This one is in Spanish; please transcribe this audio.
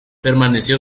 permaneció